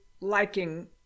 liking